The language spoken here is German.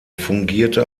fungierte